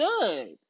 good